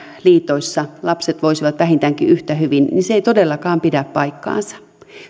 liitoissa lapset voisivat vähintäänkin yhtä hyvin niin se ei todellakaan pidä paikkaansa